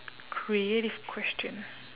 creative question